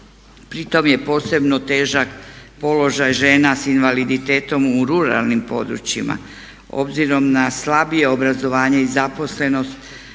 Pritom je posebno težak položaj žena s invaliditetom u ruralnim područjima obzirom na slabije obrazovanje i zaposlenost